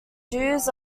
jews